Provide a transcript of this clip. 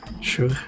Sure